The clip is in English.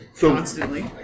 constantly